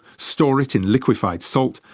store it in liquefied salt,